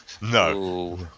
no